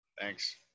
Thanks